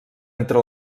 entre